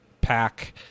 pack